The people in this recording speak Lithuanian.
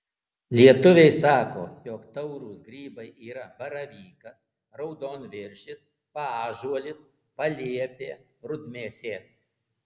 lietuviai sako jog taurūs grybai yra baravykas raudonviršis paąžuolis paliepė rudmėsė